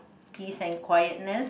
peace and quiteness